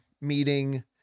meeting